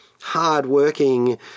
hard-working